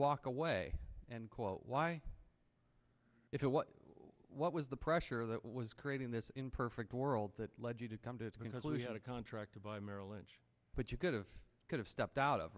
walk away and quote why if what what was the pressure that was creating this imperfect world that led you to come to conclude a contract to buy merrill lynch but you could have could have stepped out of